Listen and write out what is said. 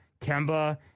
Kemba